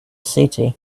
city